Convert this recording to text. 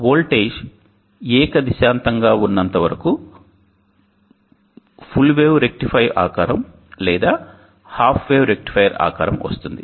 voltage ఏకదిశాంతంగా ఉన్నంత వరకు పూర్తి వేవ్ రెక్టిఫైయర్ వేవ్ ఆకారం లేదా సగం వేవ్ రెక్టిఫైయర్ ఆకారం వస్తుంది